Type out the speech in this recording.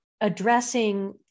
addressing